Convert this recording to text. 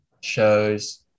shows